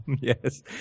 yes